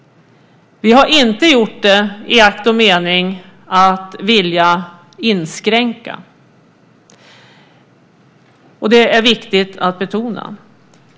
Vi har inte gjort det i akt och mening att vilja inskränka. Det är viktigt att betona.